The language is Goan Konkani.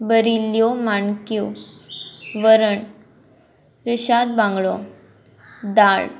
बरिल्ल्यो माणक्यो वरण रशाद बांगडो दाळ